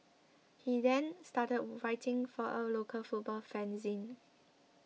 he then started writing for a local football fanzine